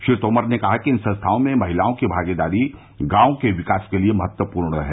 श्री तोमर ने कहा कि इन संस्थाओं में महिलाओं की भागीदारी गांव के विकास के लिए महत्वपूर्ण है